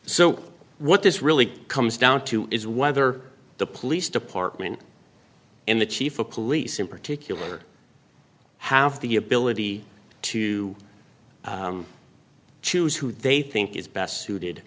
so what this really comes down to is whether the police department and the chief of police in particular have the ability to choose who they think is best suited